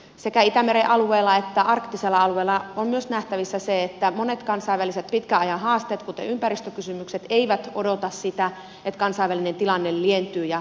sekä itämeren alueella että arktisella alueella on myös nähtävissä se että monet kansainväliset pitkän ajan haasteet kuten ympäristökysymykset eivät odota sitä että kansainvälinen tilanne lientyy ja pääsemme eteenpäin